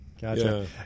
Gotcha